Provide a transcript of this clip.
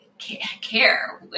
care